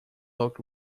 looked